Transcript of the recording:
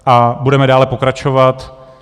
A budeme dále pokračovat.